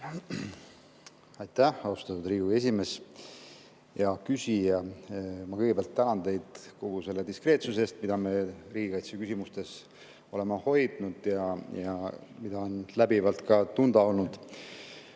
Aitäh, austatud Riigikogu esimees! Hea küsija! Ma kõigepealt tänan teid kogu selle diskreetsuse eest, mida me riigikaitseküsimustes oleme hoidnud ja mida on läbivalt ka tunda olnud.